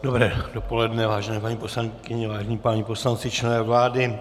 Dobré dopoledne, vážené paní poslankyně, vážení páni poslanci, členové vlády.